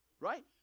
Right